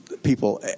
People